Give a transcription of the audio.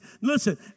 Listen